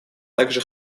также